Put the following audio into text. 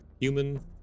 Human